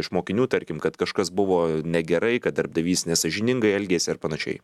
iš mokinių tarkim kad kažkas buvo negerai kad darbdavys nesąžiningai elgėsi ar panašiai